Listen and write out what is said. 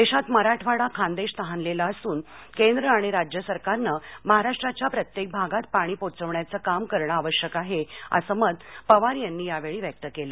देशाच्या मराठवाडा खानदेश तहानलेला असून केंद्र आणि राज्य सरकानं महाष्ट्राच्या प्रत्येक भागात पाणी पोचविण्याचे काम करणे आवश्यक आहे असे मत पवार यांनी या वेळी व्यक्त केले